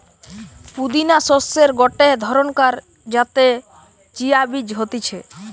পুদিনা শস্যের গটে ধরণকার যাতে চিয়া বীজ হতিছে